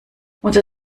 unser